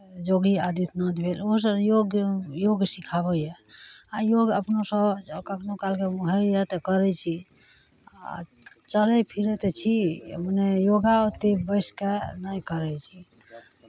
योगी आदित्यनाथ भेल ओहोसभ योग योग सिखाबैए आ योग अपनोसँ आ कखनहु कालके मोन होइए तऽ करै छी आ चलै फिरै तऽ छी नहि योगा ओतेक बैस कऽ नहि करै छी